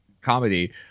comedy